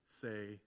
say